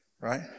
right